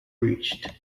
reached